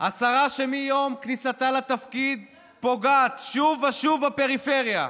השרה שמיום כניסתה לתפקיד פוגעת שוב ושוב בפריפריה,